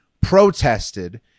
protested